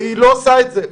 היא לא עושה את זה,